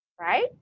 Right